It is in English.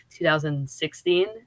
2016